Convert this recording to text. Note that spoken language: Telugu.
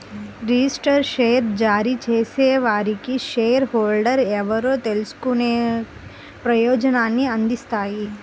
రిజిస్టర్డ్ షేర్ జారీ చేసేవారికి షేర్ హోల్డర్లు ఎవరో తెలుసుకునే ప్రయోజనాన్ని అందిస్తాయి